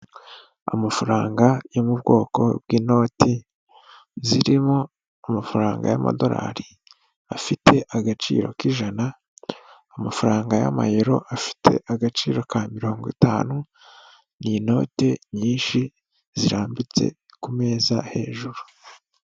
Amafaranga yo mu bwoko bw'inoti, zirimo amafaranga y'amadolari afite agaciro k'ijana, amafaranga y'amayero afite agaciro ka mirongo itanu, ni inote nyinshi, zirambitse ku meza hejuru.